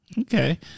Okay